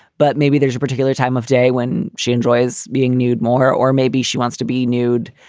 but maybe there's a particular time of day when she enjoys being nude more. or maybe she wants to be nude,